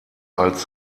als